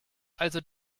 also